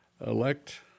elect